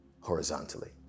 horizontally